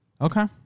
Okay